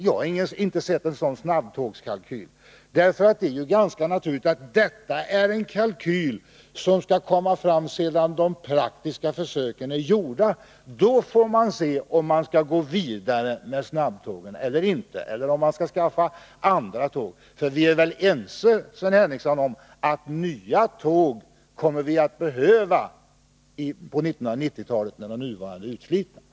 Jag har inte sett någon snabbtågskalkyl, för det är ganska naturligt att det är en kalkyl som skall komma fram sedan de praktiska försöken är gjorda. Då får man se om man skall gå vidare med snabbtågen eller om man skall skaffa andra tåg. För vi är väl överens om, Sven Henricsson, att nya tåg kommer vi att behöva på 1990-talet, när de nuvarande är utslitna?